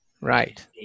Right